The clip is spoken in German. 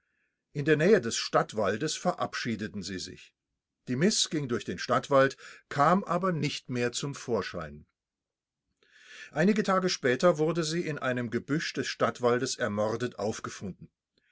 in der nähe des stadtwaldes verabschiedeten sie sich die miß ging durch den stadtwald kam aber nicht mehr zum vorschein einige tage später wurde sie in einem gebüsch des stadtwaldes ermordet aufgefunden